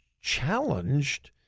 challenged